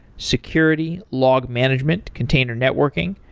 security, log management, container networking,